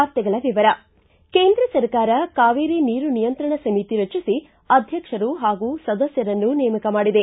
ವಾರ್ತೆಗಳ ವಿವರ ಕೇಂದ್ರ ಸರ್ಕಾರ ಕಾವೇರಿ ನೀರು ನಿಯಂತ್ರಣ ಸಮಿತಿ ರಚಿಸಿ ಅಧ್ಯಕ್ಷರು ಹಾಗೂ ಸದಸ್ದರನ್ನು ನೇಮಕ ಮಾಡಿದೆ